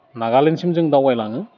नागालेण्डसिम जोङो दावगायलाङो